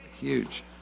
huge